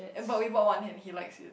and but we bought one him he likes it